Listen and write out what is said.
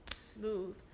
smooth